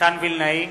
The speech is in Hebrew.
מתן וילנאי,